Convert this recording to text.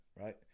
right